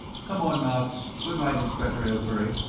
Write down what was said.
come on, knox. good-night, inspector aylesbury.